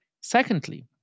Secondly